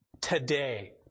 today